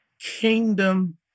kingdom